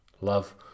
love